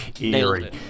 Eerie